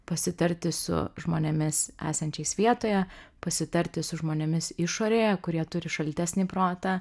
pasitarti su žmonėmis esančiais vietoje pasitarti su žmonėmis išorėje kurie turi šaltesnį protą